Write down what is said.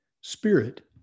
spirit